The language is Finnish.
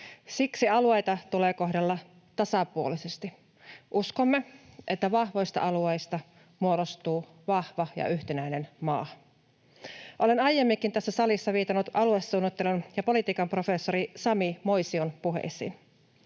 Siksi alueita tulee kohdella tasapuolisesti. Uskomme, että vahvoista alueista muodostuu vahva ja yhtenäinen maa. Olen aiemminkin tässä salissa viitannut aluesuunnittelun ja -politiikan professori Sami Moision puheisiin.